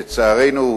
לצערנו,